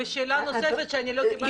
ושאלה נוספת שאני לא קיבלתי ממך תשובה.